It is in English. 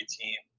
team